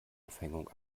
aufhängung